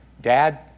Dad